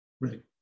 Right